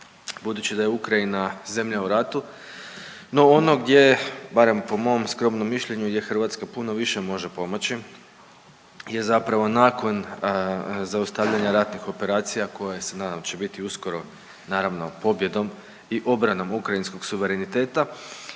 budući da je Ukrajina zemlja u ratu, no ono gdje barem po mom skromnom mišljenju, gdje Hrvatska puno više može pomoći je zapravo nakon zaustavljanja ratnih operacija, koje se nadamo da će biti uskoro naravno pobjedom i obranom ukrajinskog suvereniteta,